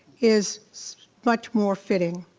is much more fitting.